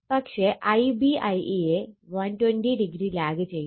പക്ഷെ Ib Ia യെ 120o lag ചെയ്യുന്നു